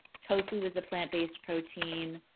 tofu is a plant-based protein.